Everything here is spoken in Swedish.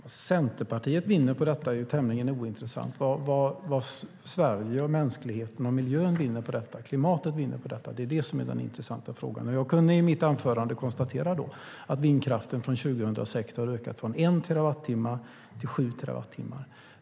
Herr talman! Vad Centerpartiet vinner på detta är tämligen ointressant. Det är vad Sverige, mänskligheten, miljön och klimatet vinner på detta som är den intressanta frågan. Jag kunde i mitt anförande konstatera att vindkraften efter 2006 har ökat från 1 terawattimme till 7 terawattimmar.